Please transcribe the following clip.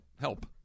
help